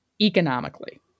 economically